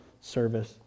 service